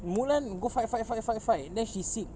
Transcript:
mulan go fight fight fight fight fight then she sick